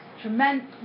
tremendous